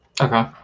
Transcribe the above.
Okay